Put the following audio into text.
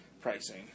pricing